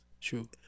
True